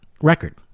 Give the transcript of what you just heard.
record